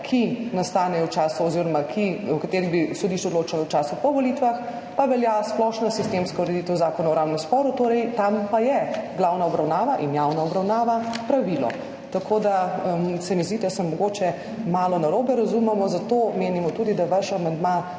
Za spore, volilne spore, o katerih bi sodišče odločalo v času po volitvah, pa velja splošna sistemska ureditev Zakona o upravnem sporu, torej tam pa je glavna obravnava in javna obravnava pravilo. Tako da se mi zdi, da se mogoče malo narobe razumemo. Zato menimo tudi, da vaš amandma